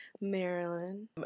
Maryland